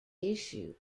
issue